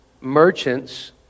merchants